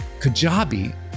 Kajabi